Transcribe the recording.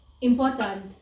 Important